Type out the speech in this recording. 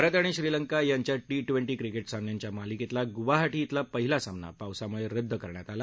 भारत आणि श्रीलंका यांच्यात क्रिके सामन्यांच्या मालिकेतला गुवाहाटी अेला पहिला सामना पावसामुळे रद्द करण्यात आला